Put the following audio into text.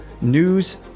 news